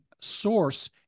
source